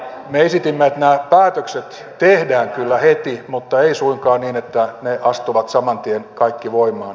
me esitimme että nämä päätökset tehdään kyllä heti mutta ei suinkaan niin että ne astuvat saman tien kaikki voimaan